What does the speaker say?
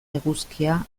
eguzkia